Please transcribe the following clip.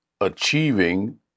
achieving